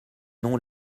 noms